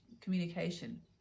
communication